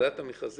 ועדת המכרזים?